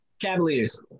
Cavaliers